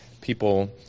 people